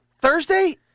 Thursday